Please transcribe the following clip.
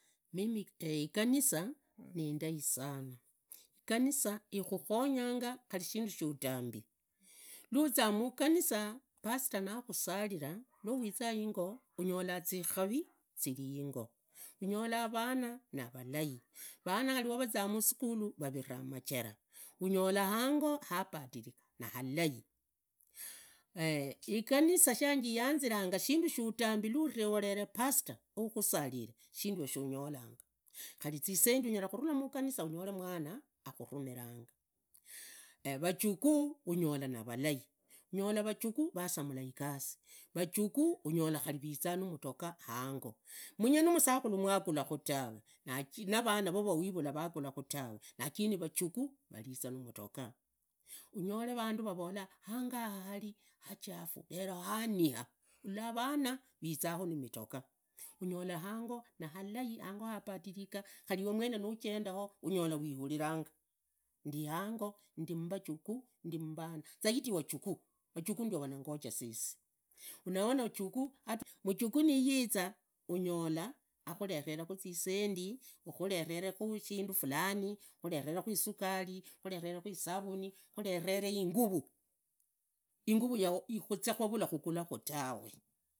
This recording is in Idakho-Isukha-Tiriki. Mimi iganisa niindai sana, iganisa ilhukhonyanga khari shindu shutambi, nuzaa muganisa pasta nakhusalilanga, nuwiza ingo unyola zikari ziriingo hunyola vana nivalai, vanava nivazaa onisukhuli vaviraa majeraa, unyola hango habatilika nihalai, riganisa shajiyanziranga shindu shutambi nuvere pasta ukhusavire shindu shene unyolanga, khuri zisendi unyala khurula muganisa unyole mwana, akhurumiranga vajukuu unyola nivalai, unyola vajukuu vasamala igasi, vajakuu unyola khari vizaa namudogaa khari hango manye na musakhulu mwagulakhu tawe anoo vana vovo vagulakhu tawe lakini vajukuu variiza namutoka, ulola vandu vavoola hango yaha hali hachafu ta hania, ulla vana vizakhu numutoka, unyola hango nihalai hango habadilika, khali rwemwene nujendaho unyola ndi hango ndi mbajukuu, zaidi vajukuu wanagoja sisi unaona wajukuu mujakuu niyiza unyola akhuverekhu zisendi, ukhurerekhu shindu fulani ukhaverekha isukari, ukhuverekhu isavuni, ukhureree inguvu, inguvu ya khuze kwangalakhu tawe.